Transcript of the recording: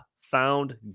found